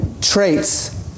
traits